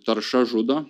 tarša žudo